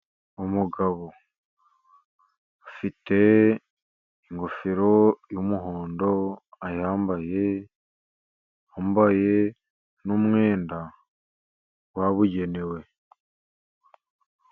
Umugabo afite ingofero y'umuhondo ayambaye, yambaye n'umwenda wabugenewe.